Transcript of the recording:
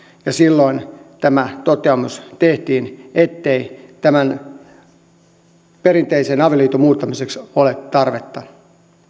ja silloin tehtiin tämä toteamus ettei perinteisen avioliiton muuttamiseksi ole tarvetta